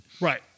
right